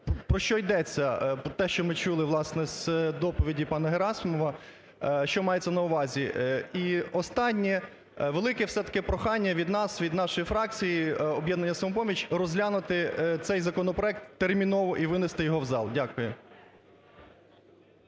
про що йдеться? Про те, що ми чули, власне, з доповіді пана Герасимова. Що мається на увазі? І останнє. Велике все-таки прохання від нас, від нашої фракції "Об'єднання "Самопоміч" розглянути цей законопроект терміново і внести його в зал. Дякую.